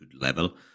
level